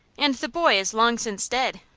and the boy is long since dead!